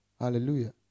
hallelujah